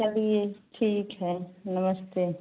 चलिए ठीक है नमस्ते